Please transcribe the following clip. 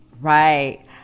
Right